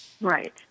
Right